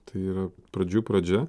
tai yra pradžių pradžia